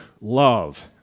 love